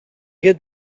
get